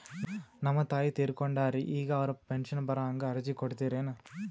ನಮ್ ತಾಯಿ ತೀರಕೊಂಡಾರ್ರಿ ಈಗ ಅವ್ರ ಪೆಂಶನ್ ಬರಹಂಗ ಅರ್ಜಿ ಕೊಡತೀರೆನು?